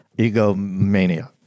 egomania